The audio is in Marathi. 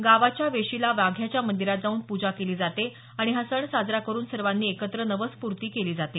गावाच्या वेशीला वाघ्याच्या मंदिरात जाऊन पूजा केली जाते आणि हा सण साजरा करून सर्वानी एकत्र नवसपूर्ती केली जाते